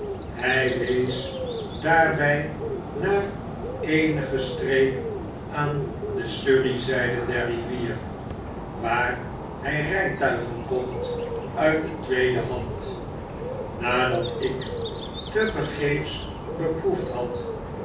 hy wees daarby naar eenige streek aan de surreyzyde der rivier waar by rytuigen kocht uit de tweede hand nadat ik tevergeefs beproefd had